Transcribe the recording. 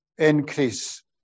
Increase